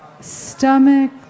stomach